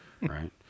Right